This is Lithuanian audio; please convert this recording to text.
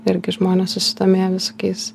irgi žmonės susidomėję visokiais